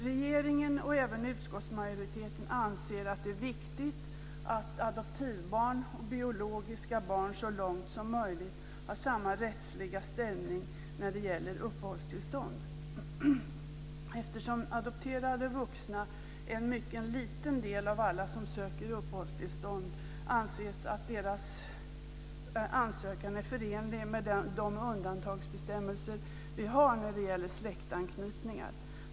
Regeringen och även utskottsmajoriteten anser att det är viktigt att adoptivbarn och biologiska barn så långt som möjligt har samma rättsliga ställning när det gäller uppehållstillstånd. Eftersom adopterade vuxna utgör en mycket liten del av alla dem som söker uppehållstillstånd anses det att deras ansökan är förenlig med de undantagsbestämmelser som vi har när det gäller släktanknytningar.